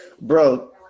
Bro